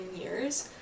years